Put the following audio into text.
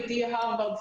הרווארד,